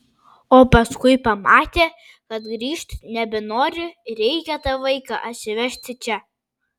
o paskui pamatė kad grįžt nebenori reikia tą vaiką atsivežti čia